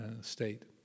state